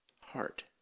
heart